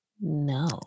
No